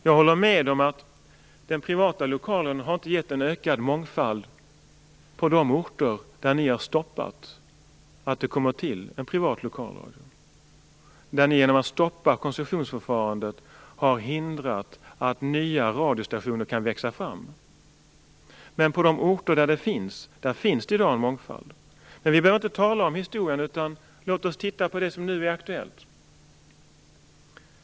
Jag håller med om att den privata lokalradion inte har gett en ökad mångfald på de orter där ni har stoppat tillkomsten av en privat lokalradio, där ni genom att stoppa koncessionsförfarandet har förhindrat att nya radiostationer kan växa fram. På de orter där det finns privat lokalradio finns det däremot i dag en mångfald. Vi behöver dock inte tala om historien. Låt oss i stället titta på det som nu är aktuellt.